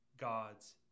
God's